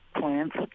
plants